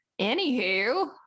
Anywho